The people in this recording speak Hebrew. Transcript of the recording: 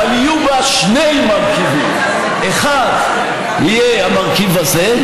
אבל יהיו בה שני מרכיבים: אחד יהיה המרכיב הזה,